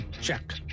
check